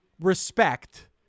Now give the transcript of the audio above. respect